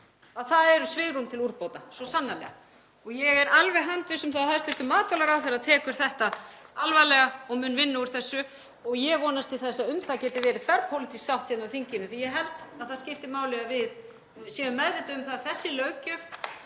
það er svigrúm til úrbóta, svo sannarlega. Ég er alveg handviss um að hæstv. matvælaráðherra tekur þetta alvarlega og mun vinna úr þessu og ég vonast til þess að um það geti verið þverpólitísk sátt hérna í þinginu því að ég held að það skipti máli að við séum meðvituð um að þessi löggjöf,